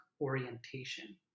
orientation